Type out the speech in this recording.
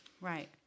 right